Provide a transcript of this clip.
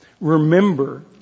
remember